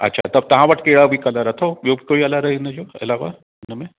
अच्छा त तव्हां वटि कहिड़ा बि कलर अथव ॿियो बि कोई कलर इनजो अलावा इनमें